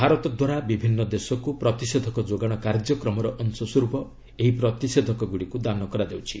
ଭାରତଦ୍ୱାରା ବିଭିନ୍ନ ଦେଶକୁ ପ୍ରତିଷେଧକ ଯୋଗାଣ କାର୍ଯ୍ୟକ୍ରମର ଅଂଶସ୍ୱର୍ପ ଏହି ପ୍ରତିଷେଧକଗୁଡ଼ିକୁ ଦାନ କରାଯାଉଛି